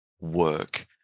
work